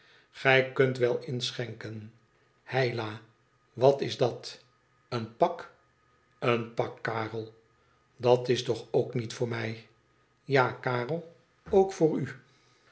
gij kunt wel inschenken heila wat s dat een pak leen pak karel dat is toch k niet voor mij ja karel ook voor u